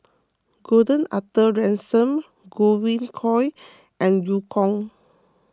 Gordon Arthur Ransome Godwin Koay and Eu Kong